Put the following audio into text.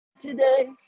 today